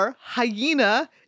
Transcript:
hyena